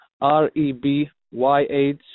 r-e-b-y-h